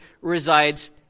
resides